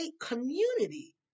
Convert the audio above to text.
community